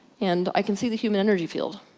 and i can see the human energy field.